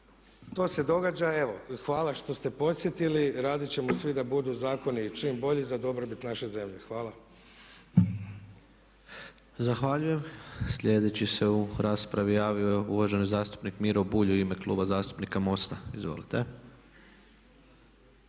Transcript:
To se događa. Evo, hvala što ste podsjetili. Radit ćemo svi da budu zakoni čim bolji za dobrobit naše zemlje. Hvala. **Tepeš, Ivan (HSP AS)** Zahvaljujem. Sljedeći se u raspravi javio uvaženi zastupnik Miro Bulj u ime Kluba zastupnika MOST-a, izvolite.